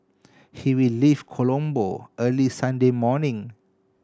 he will leave Colombo early Sunday morning